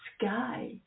sky